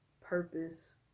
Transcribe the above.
purpose